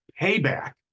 payback